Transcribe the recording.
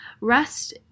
rest